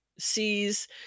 sees